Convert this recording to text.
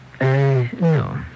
No